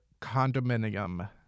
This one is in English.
condominium